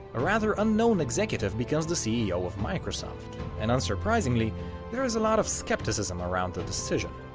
a rather unknown executive becomes the ceo of microsoft and unsurprisingly there's a lot of skepticism around the decision.